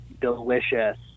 delicious